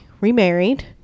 remarried